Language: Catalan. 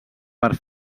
per